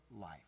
life